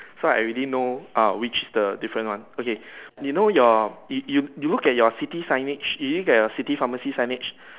so I already know uh which the different one okay you know your you you you look at your city signage you look at your city pharmacy signage